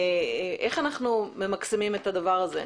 איך אנחנו ממקסמים את הדבר הזה?